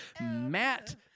Matt